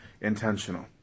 intentional